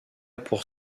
pour